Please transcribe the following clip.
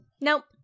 nope